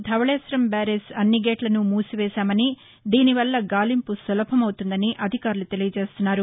Dhavaleswaram barrage అన్ని గేట్లను మూసివేశామని దీనివల్ల గాలింపు సులభమవుతుందని అధికారులు తెలియజేస్తున్నారు